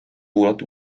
kuulati